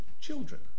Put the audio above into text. children